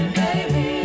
baby